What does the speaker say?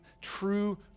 true